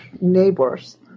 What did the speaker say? neighbors